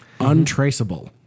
Untraceable